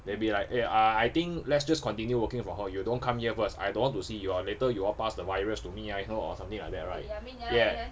they'll be like eh uh I think let's just continue working from home you don't come here first I don't want to see you all later you all pass the virus to me ah you know or something like that right yeah